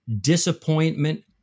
Disappointment